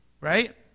Right